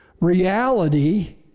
reality